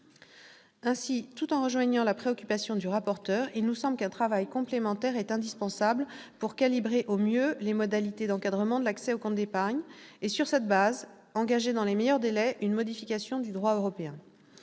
Ainsi, tout en rejoignant la préoccupation du rapporteur, il nous semble qu'un travail complémentaire est indispensable pour calibrer au mieux les modalités d'encadrement de l'accès aux comptes d'épargne, et sur cette base, pour engager dans les meilleurs délais une modification du droit européen.